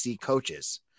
coaches